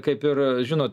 kaip ir žinot